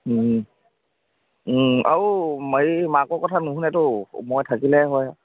আৰু হেৰি মাকৰ কথা নুশুনেতো মই থাকিলে হয়